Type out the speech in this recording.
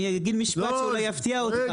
אני אגיד משפט שאולי יפתיע אותך.